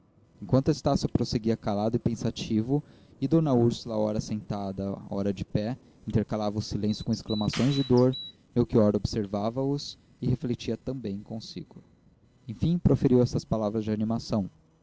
enquanto estácio prosseguia calado e pensativo e d úrsula ora sentada ora de pé intercalava o silêncio com exclamações de dor melchior observava os e refletia também consigo enfim proferiu estas palavras de animação